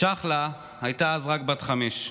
צ'חלה הייתה אז רק בת חמש.